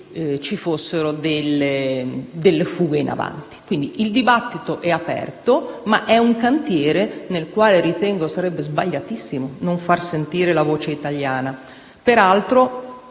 ci fossero fughe in avanti. Quindi, il dibattito è aperto, ma è un cantiere nel quale ritengo sarebbe sbagliatissimo non far sentire la voce italiana.